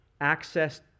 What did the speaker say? access